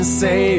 say